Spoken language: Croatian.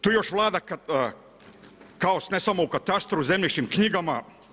Tu još vlada kaos, ne samo u katastru, zemljišnim knjigama.